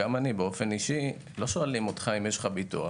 גם אני באופן אישי לא שואלים אותך אם יש לך ביטוח.